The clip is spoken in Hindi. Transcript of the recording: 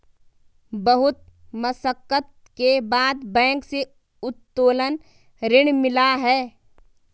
बहुत मशक्कत के बाद बैंक से उत्तोलन ऋण मिला है